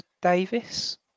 Davis